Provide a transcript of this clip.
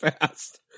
fast